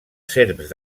serps